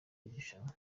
y’irushanwa